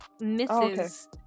misses